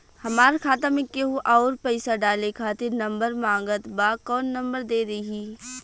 हमार खाता मे केहु आउर पैसा डाले खातिर नंबर मांगत् बा कौन नंबर दे दिही?